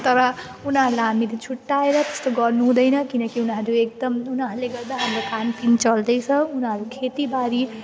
तर उनीहरूलाई हामीले छुट्ट्याएर त्यस्तो गर्नुहुँदैन किनकि उनीहरू एकदम उनीहरूले गर्दा हाम्रो खानपिन चल्दैछ उनीहरू खेतीबारी